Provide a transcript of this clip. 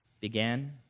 began